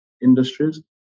industries